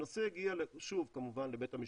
הנושא הגיע, שוב, כמובן לבית המשפט,